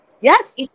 Yes